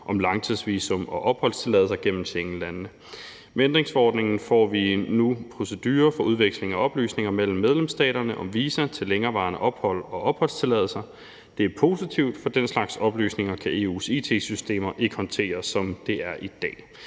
om langtidsvisum og opholdstilladelser gennem Schengenlandene. Med ændringsforordningen får vi nu procedurer for udveksling af oplysninger mellem medlemsstaterne om visa til længerevarende ophold og opholdstilladelser. Det er positivt, for den slags oplysninger kan EU's it-systemer ikke håndtere, som det er i dag.